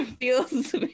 feels